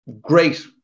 great